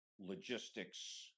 logistics